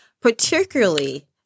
particularly